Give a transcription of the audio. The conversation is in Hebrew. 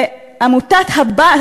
ועמותת-הבת,